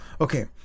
okay